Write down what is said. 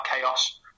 chaos